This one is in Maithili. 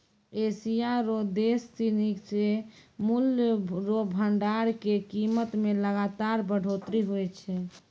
एशिया रो देश सिनी मे मूल्य रो भंडार के कीमत मे लगातार बढ़ोतरी हुवै छै